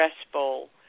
stressful